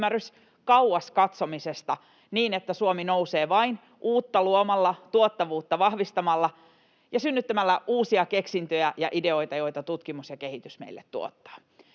yhteisymmärrys kauas katsomisesta niin, että Suomi nousee vain uutta luomalla, tuottavuutta vahvistamalla ja synnyttämällä uusia keksintöjä ja ideoita, joita tutkimus ja kehitys meille tuottavat.